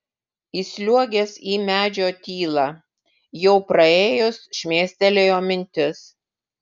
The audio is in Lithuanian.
įsliuogęs į medžio tylą jau praėjus šmėstelėjo mintis